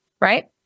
right